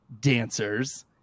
dancers